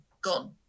gone